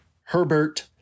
Herbert